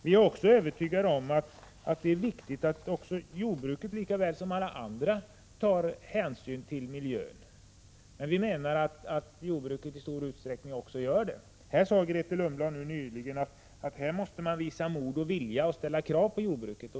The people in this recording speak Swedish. Vi är också övertygade om att det är viktigt att jordbruket lika väl som alla andra verksamheter tar hänsyn till miljön, men vi menar att jordbruket också gör det i stor utsträckning. Grethe Lundblad sade nyss att man måste visa mod och vilja och ställa krav på jordbruket.